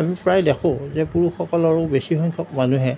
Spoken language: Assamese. আমি প্ৰায় দেখোঁ যে পুৰুষসকলৰ বেছিসংখ্যক মানুহে